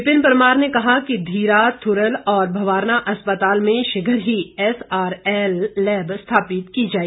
विपिन परमार ने कहा कि धीरा थुरल और भवारना अस्पताल में शीघ्र ही एसआरएललैब स्थापित की गई